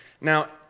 Now